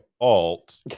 alt